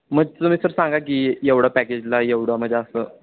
मग तुम्ही सर सांगा की येवढं पॅकेजला येवढं म्हणजे असं